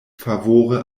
favore